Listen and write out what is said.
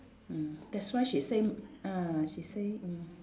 mm that's why she say ah she say mm